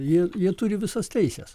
jie jie turi visas teises